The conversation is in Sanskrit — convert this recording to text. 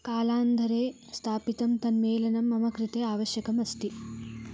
कालान्धरे स्थापितं तन्मेलनं मम कृते आवश्यकमस्ति